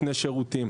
נותני שירותים.